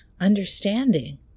understanding